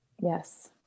Yes